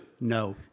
No